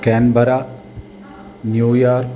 Canberra New York